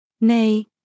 Nay